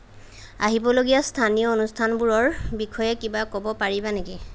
আহিবলগীয়া স্থানীয় অনুষ্ঠানবোৰৰ বিষয়ে কিবা ক'ব পাৰিবা নেকি